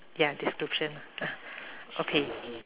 ya description uh okay